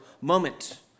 moment